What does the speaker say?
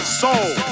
soul